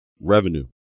revenue